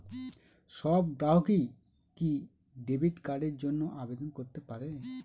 সব গ্রাহকই কি ডেবিট কার্ডের জন্য আবেদন করতে পারে?